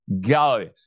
go